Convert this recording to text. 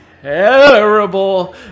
terrible